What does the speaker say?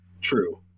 true